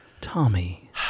tommy